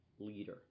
leader